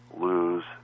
lose